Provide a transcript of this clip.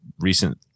recent